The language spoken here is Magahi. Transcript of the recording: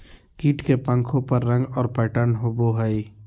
कीट के पंखों पर रंग और पैटर्न होबो हइ